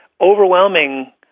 overwhelming